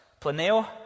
planeo